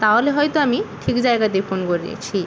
তাহলে হয়তো আমি ঠিক জায়গাতেই ফোন করিয়েছি